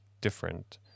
different